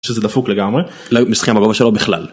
‫שזה דפוק לגמרי, ‫לא מסכים בגובה שלו בכלל.